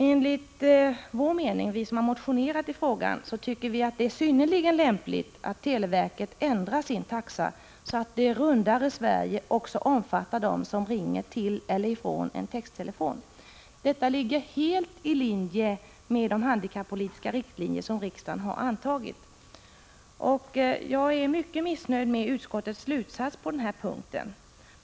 Enligt vår mening, dvs. motionärernas, är det synnerligen lämpligt att televerket ändrar sin taxa, så att det rundare Sverige också omfattar dem som ringer till eller från en texttelefon. Det ligger helt i linje med de handikappoli 4 tiska riktlinjer som riksdagen har antagit. Jag är mycket missnöjd med utskottets slutsats på denna punkt.